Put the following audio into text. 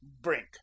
brink